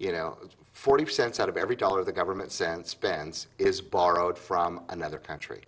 you know forty cents out of every dollar the government sent spends is borrowed from another country